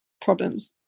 problems